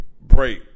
break